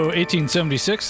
1876